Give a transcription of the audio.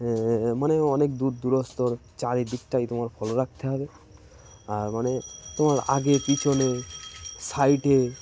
মানে অনেক দূর দূরস্তর চারিদিকটাই তোমার ফলো রাখতে হবে আর মানে তোমার আগে পিছনে সাইডে